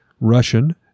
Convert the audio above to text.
Russian